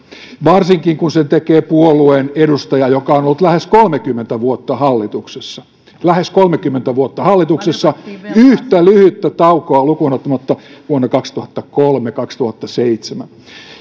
varsinkin kun sen tekee sen puolueen edustaja joka on ollut lähes kolmekymmentä vuotta hallituksessa lähes kolmekymmentä vuotta hallituksessa yhtä lyhyttä taukoa lukuun ottamatta vuosina kaksituhattakolme viiva kaksituhattaseitsemän